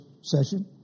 session